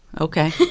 Okay